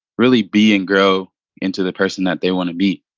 really being grow into the person that they want to be,